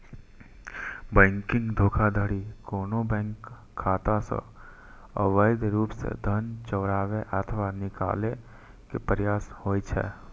banking धोखाधड़ी कोनो bank खाता सं अवैध रूप सं धन चोराबै अथवा निकाले के प्रयास होइ छै